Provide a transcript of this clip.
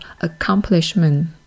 accomplishment